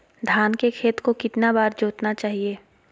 धान के खेत को कितना बार जोतना चाहिए?